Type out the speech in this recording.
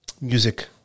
Music